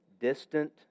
distant